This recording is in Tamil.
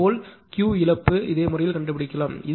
இதேபோல் Q இழப்பு இதே முறையில் கண்டுபிடிக்கலாம்